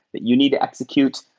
but you need to execute.